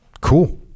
Cool